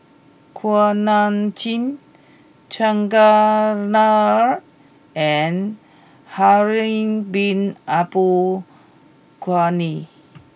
Kuak Nam Jin Chandran Nair and Harun Bin Abdul Ghani